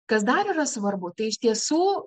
kas dar yra svarbu tai iš tiesų